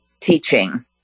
teaching